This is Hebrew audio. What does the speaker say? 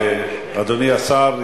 אדוני השר,